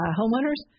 homeowners